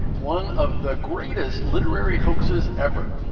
one of the greatest literary hoaxes ever.